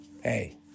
hey